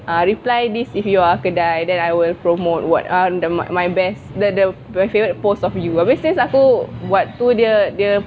uh reply this if you are kedai then I will promote what um the my my best the the my favourite post of you abeh since aku buat tu dia dia